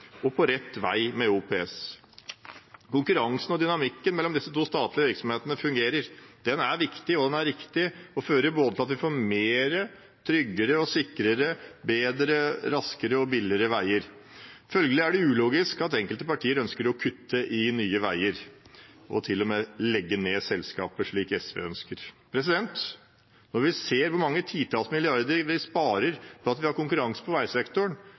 og på rett vei med OPS. Konkurransen og dynamikken mellom disse to statlige virksomhetene fungerer. Den er viktig, den er riktig, og den fører til at vi får bedre, tryggere og sikrere veier både raskere og billigere. Følgelig er det ulogisk at enkelte partier ønsker å kutte i Nye Veier og til og med legge ned selskapet, slik SV ønsker. Når vi ser hvor mange titalls milliarder vi sparer fordi vi har konkurranse på veisektoren,